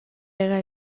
era